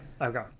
okay